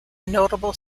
notable